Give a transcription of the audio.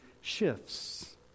shifts